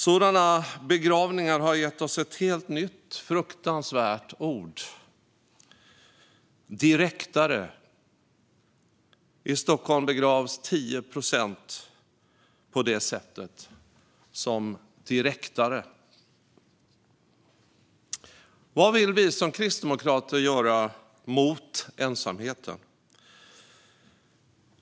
Sådana begravningar har gett oss ett helt nytt fruktansvärt ord: "direktare". I Stockholm begravs 10 procent på det sättet, som "direktare". Vad vill vi som kristdemokrater göra mot ensamheten?